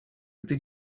gdy